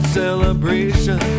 celebration